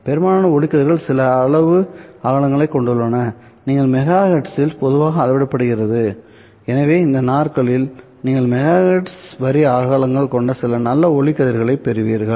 பெரும்பாலான ஒளிக்கதிர்கள் சில அளவு அகலங்களைக் கொண்டுள்ளனசில மெகா ஹெர்ட்ஸில் பொதுவாக அளவிடப்படுகிறது எனவே இந்த நாட்களில் நீங்கள்மெகா ஹெர்ட்ஸ் வரி அகலங்கள் கொண்ட சில நல்ல ஒளிக்கதிர்களைப் பெறுவீர்கள்